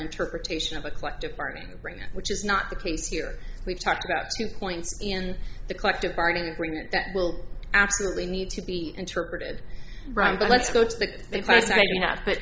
interpretation of a collective bargaining agreement which is not the case here we've talked about two points in the collective bargaining agreement that will absolutely need to be interpreted wrong but